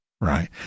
Right